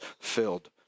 filled